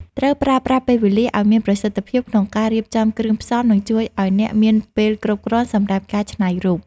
ត្រូវប្រើប្រាស់ពេលវេលាឱ្យមានប្រសិទ្ធភាពក្នុងការរៀបចំគ្រឿងផ្សំ នឹងជួយឱ្យអ្នកមានពេលគ្រប់គ្រាន់សម្រាប់ការច្នៃរូប។